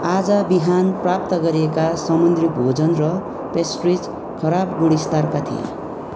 आज बिहान प्राप्त गरिएका समुन्द्री भोजन र पेस्ट्रिज खराब गुणस्तरका थिए